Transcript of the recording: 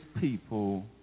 people